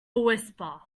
whisper